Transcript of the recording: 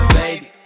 baby